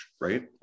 right